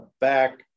back